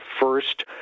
first